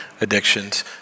addictions